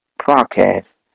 broadcast